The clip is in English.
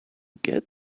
get